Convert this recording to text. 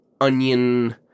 onion